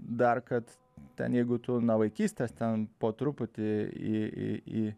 dar kad ten jeigu tu nuo vaikystės ten po truputį į į į